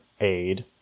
aid